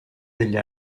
degli